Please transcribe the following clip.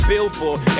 Billboard